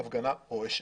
והיכן הפגנה רועשת.